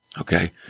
okay